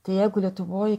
tai jeigu lietuvoj